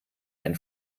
ein